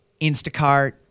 Instacart